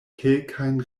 kelkajn